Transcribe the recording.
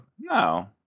no